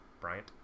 Bryant